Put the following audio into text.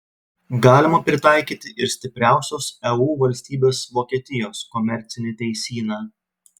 galima pritaikyti ir stipriausios eu valstybės vokietijos komercinį teisyną